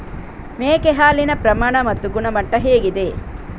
ಮೇಕೆ ಹಾಲಿನ ಪ್ರಮಾಣ ಮತ್ತು ಗುಣಮಟ್ಟ ಹೇಗಿದೆ?